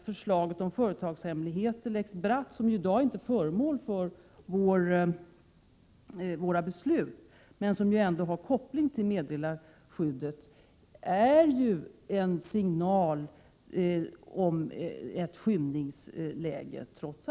Förslaget om företagshemligheter, lex Bratt, som i dag inte är föremål för våra beslut men som ändå har koppling till meddelarskyddet, är trots allt en signal om ett skymningsläge.